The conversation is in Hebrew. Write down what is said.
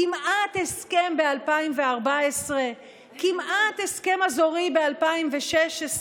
כמעט הסכם ב-2014, כמעט הסכם אזורי ב-2016,